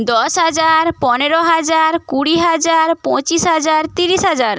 দশ হাজার পনেরো হাজার কুড়ি হাজার পঁচিশ হাজার তিরিশ হাজার